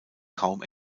kaum